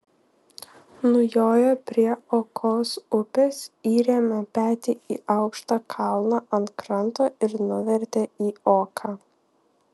nujojo prie okos upės įrėmė petį į aukštą kalną ant kranto ir nuvertė į oką